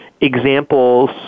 examples